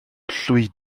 llwyd